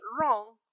wrong